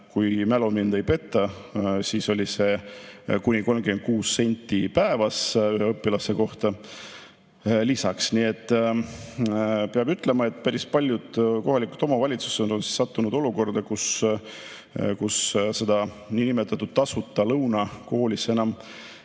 kui mälu mind ei peta, oli see kuni 36 senti päevas ühe õpilase kohta lisaks. Nii et peab ütlema, et päris paljud kohalikud omavalitsused on sattunud olukorda, kus seda niinimetatud tasuta lõunat koolis enam